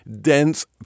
dense